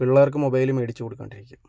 പിള്ളേർക്ക് മൊബൈല് മേടിച്ചു കൊടുക്കാണ്ടിരിക്കുക